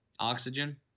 Oxygen